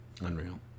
Unreal